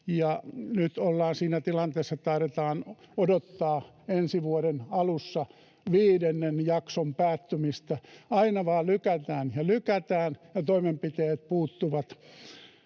siinä tilanteessa, että taidetaan odottaa ensi vuoden alussa viidennen jakson päättymistä. Aina vain lykätään ja lykätään, ja toimenpiteet puuttuvat,